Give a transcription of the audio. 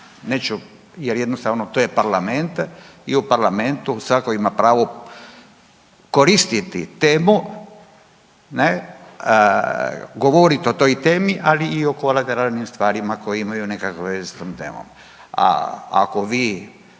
Neću, jer jednostavno to je Parlament i u Parlamentu svatko ima pravo koristiti temu, govoriti o toj temi ali i o kolateralnim stvarima koje imaju veze sa tom temom.